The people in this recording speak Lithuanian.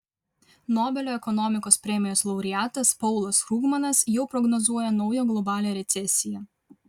nobelio ekonomikos premijos laureatas paulas krugmanas jau prognozuoja naują globalią recesiją